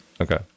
Okay